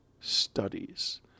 studies